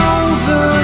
over